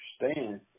understand